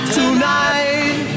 tonight